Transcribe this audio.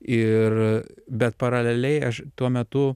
ir bet paraleliai aš tuo metu